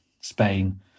Spain